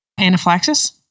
Anaphylaxis